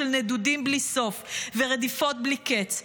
של נדודים בלי סוף ורדיפות בלי קץ,